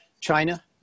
China